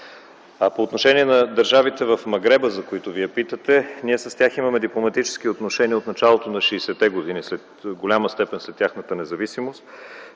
По отношение на държавите в Магреба, за които Вие питате, ние с тях имаме дипломатически отношения от началото на 60-те години, в голяма степен след тяхната независимост.